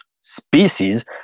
species